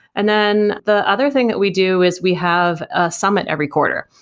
and then the other thing that we do is we have a summit every quarter.